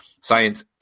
Science